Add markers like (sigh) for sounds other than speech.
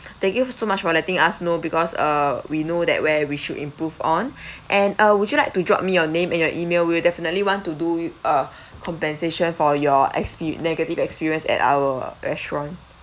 thank you so much for letting us know because uh we know that where we should improve on (breath) and uh would you like to drop me your name and your email we'll definitely want to do you a compensation for your expe~ negative experience at our restaurant